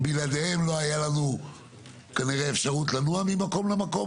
בלעדיהם לא הייתה לנו האפשרות לנוע ממקום למקום.